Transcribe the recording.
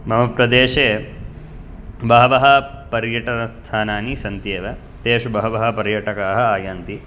मम प्रदेशे बहवः पर्यटनस्थानानि सन्ति एव तेषु बहवः पर्यटकाः आयन्ति